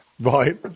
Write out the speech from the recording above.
Right